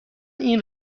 این